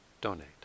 donate